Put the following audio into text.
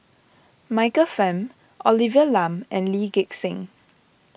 Michael Fam Olivia Lum and Lee Gek Seng